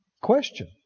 question